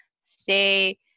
stay